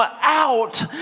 out